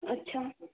अच्छा